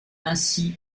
ainsi